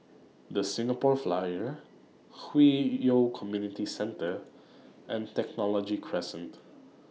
The Singapore Flyer Hwi Yoh Community Centre and Technology Crescent